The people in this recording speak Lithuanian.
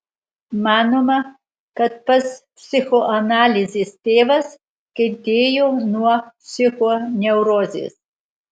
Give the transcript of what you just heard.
manoma kad pats psichoanalizės tėvas kentėjo nuo psichoneurozės